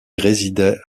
résidait